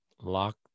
Locked